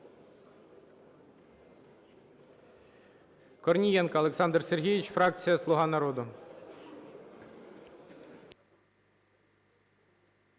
Корнієнко Олександр Сергійович, фракція "Слуга народу".